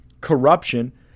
corruption